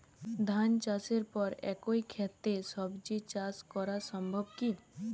ধান চাষের পর একই ক্ষেতে সবজি চাষ করা সম্ভব কি?